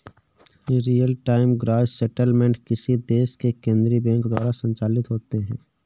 real time gross settlement किसी देश के केन्द्रीय बैंक द्वारा संचालित होते हैं